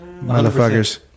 motherfuckers